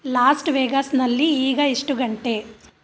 last ವೇಗಾಸ್ನಲ್ಲಿ ಈಗ ಎಷ್ಟು ಗಂಟೆ